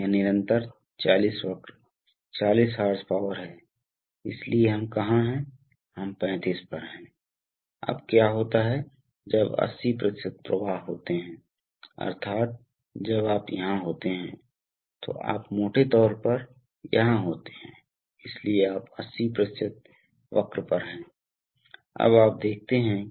तो मान लीजिए कि यह कंप्रेस्ड वायु स्रोत कंप्रेस्ड वायु स्रोत है इसलिए जैसा कि हमने अभी देखा है कि सबसे पहले और वहां से आम तौर पर आमतौर पर और एक प्रकार का युगल या बस रन जो कई उपकरणों को हवा की आपूर्ति प्रदान करता है सही